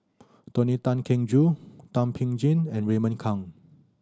Tony Tan Keng Joo Thum Ping Tjin and Raymond Kang